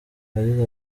yagize